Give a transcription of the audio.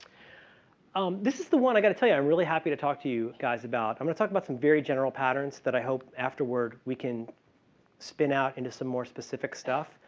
um this is the one i got to tell you. i'm really happy to talk to you guys about i'm going to talk about some very general patterns that i hope afterward we can spin out into some more specific stuff.